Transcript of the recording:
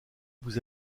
vous